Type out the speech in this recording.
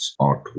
artwork